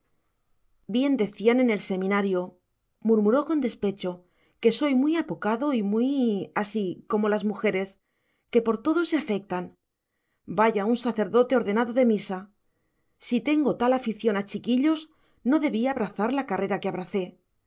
bien decían en el seminario murmuró con despecho que soy muy apocado y muy así como las mujeres que por todo se afectan vaya un sacerdote ordenado de misa si tengo tal afición a chiquillos no debí abrazar la carrera que abracé